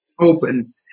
open